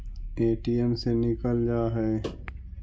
ATM से निकल जा है?